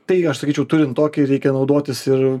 tai aš sakyčiau turint tokį reikia naudotis ir